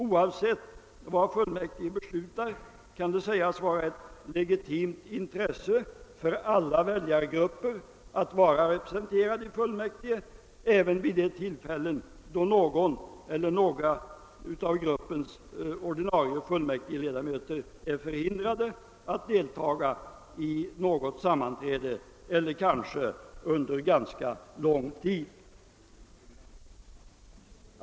Oavsett vad fullmäktige beslutar kan det sägas vara ett legitimt intresse för alla väljargrupper att vara representerade i fullmäktige även vid de tillfällen då någon eller några av gruppens ordinarie fullmäktigeledamöter är förhindrade att deltaga i något sammanträde eller kanske för ganska lång tid måste vara borta.